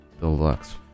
Deluxe